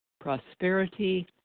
prosperity